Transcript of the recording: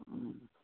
अँ